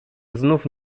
znów